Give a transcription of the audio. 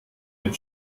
mit